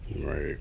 Right